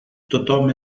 tothom